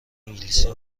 انگلیسی